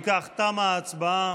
אם כך, תמה ההצבעה.